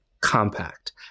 compact